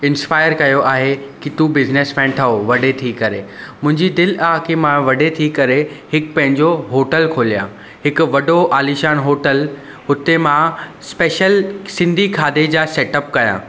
inspire कयो आहे कि तू बिज़नेसमैन ठहो वॾे थी करे मुंहिंजी दिल आहे कि मां वॾे थी करे हिकु पंहिंजो होटल खोलियां हिकु वॾो आलिशान होटल हुते मां स्पैशल सिंधी खाधे जा सैटअप कयां